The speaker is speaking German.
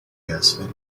hersfeld